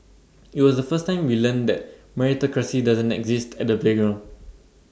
IT was the first time we learnt that meritocracy doesn't exist at the playground